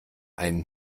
einen